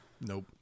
Nope